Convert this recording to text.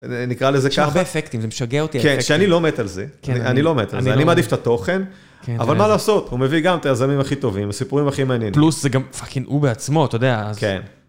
נקרא לזה ככה. יש הרבה אפקטים, זה משגע אותי האפקטים. כן, כי אני לא מת על זה, אני לא מת על זה, אני מעדיף את התוכן, אבל מה לעשות? הוא מביא גם את היזמים הכי טובים, סיפורים הכי מעניינים. פלוס זה גם פאקינג הוא בעצמו, אתה יודע, אז... כן.